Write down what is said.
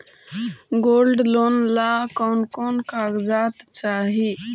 Gold loan ला कौन कौन कागजात चाही?